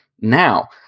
Now